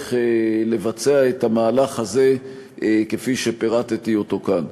הצורך לבצע את המהלך הזה כפי שפירטתי אותו כאן.